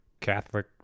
Catholic